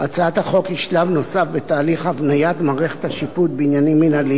הצעת החוק היא שלב נוסף בתהליך הבניית מערכת השיפוט בעניינים מינהליים,